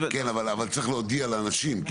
אבל צריך להודיע לאנשים.